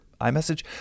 iMessage